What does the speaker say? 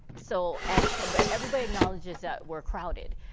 so, and ah but everybody acknowledges that we're crowded.